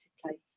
place